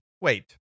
Wait